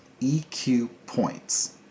EQPoints